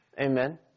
Amen